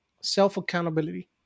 self-accountability